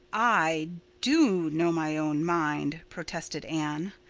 i do know my own mind, protested anne.